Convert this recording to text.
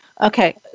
Okay